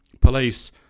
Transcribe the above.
police